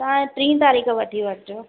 तव्हां टी तारीख़ वठी वठिजो